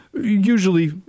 usually